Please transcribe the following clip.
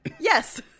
Yes